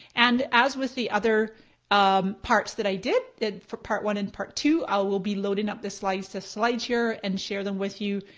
and as with the other um parts that i did for part one and part two, i will be loading up the slides to slideshare and share them with you,